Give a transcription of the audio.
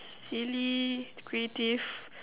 silly creative